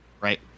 Right